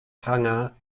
hanger